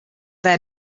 their